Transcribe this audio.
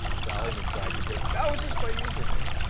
sally mcsaggytits. that was just my user name.